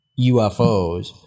UFOs